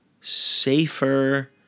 safer